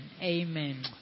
Amen